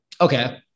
Okay